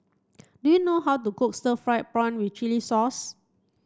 do you know how to cook stir fried prawn with chili sauce